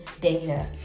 data